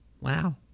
Wow